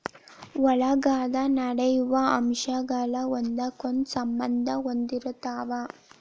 ಹೊಲದಾಗ ನಡೆಯು ಅಂಶಗಳ ಒಂದಕ್ಕೊಂದ ಸಂಬಂದಾ ಹೊಂದಿರತಾವ